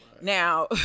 Now